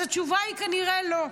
אז התשובה היא כנראה לא.